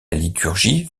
liturgie